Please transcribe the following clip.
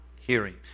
hearing